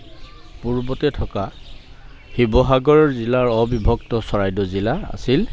পূৰ্বতে থকা শিৱসাগৰ জিলাৰ অবিভক্ত চৰাইদেউ জিলা আছিল